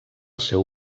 seu